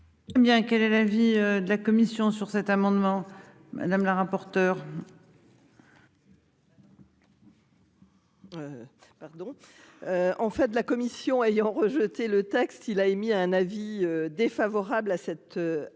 quel est l'avis de la commission sur cet amendement madame la rapporteure.-- Pardon. En fait la commission ayant rejeté le texte il a émis un avis défavorable à cet amendement